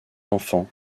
enfants